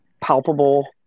palpable